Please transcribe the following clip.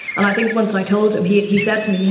and i think once i told him, he he said to me, you